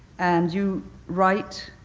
and you write,